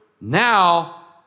Now